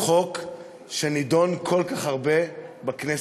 חוק שנדון כל כך הרבה בכנסת,